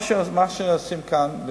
מה שעושים כאן,